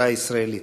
בחברה הישראלית.